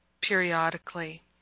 periodically